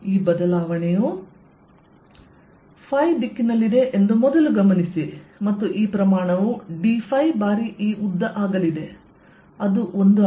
ಈ ಬದಲಾವಣೆಯು ದಿಕ್ಕಿನಲ್ಲಿದೆ ಎಂದು ಮೊದಲು ಗಮನಿಸಿ ಮತ್ತು ಈ ಪ್ರಮಾಣವು dϕ ಬಾರಿ ಈ ಉದ್ದ ಆಗಲಿದೆ ಅದು 1 ಆಗಿದೆ